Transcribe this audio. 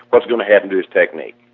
what's going to happen to this technique.